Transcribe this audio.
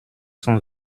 cent